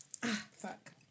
Fuck